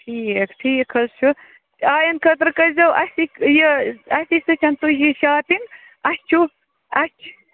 ٹھیٖک ٹھیٖک حظ چھُ آیِنٛدٕ خٲطرٕ کٔرۍزیٚو اَسہِ یہِ اَسی سۭتۍ تُہۍ یہِ شاپِنٛگ اَسہِ چھُو اَسہِ